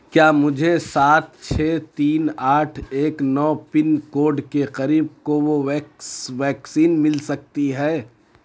کیا مجھے سات چھ تین آٹھ ایک نو پن کوڈ کے قریب کووو ویکس ویکسین مل سکتی ہے